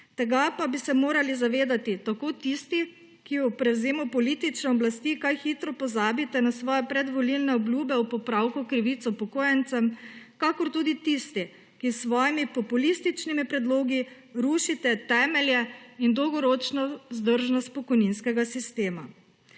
Tega pa bi se morali zavedati tako tisti, ki ob prevzemu politične oblasti kaj hitro pozabite na svoje predvolilne obljube o popravku krivic upokojencem, kakor tudi tisti, ki s svojimi populističnimi predlogi rušite temelje in dolgoročno vzdržnost pokojninskega sistema.